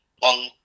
on